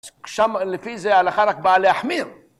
שם לפי זה ההלכה רק באה להחמיר